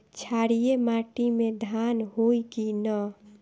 क्षारिय माटी में धान होई की न?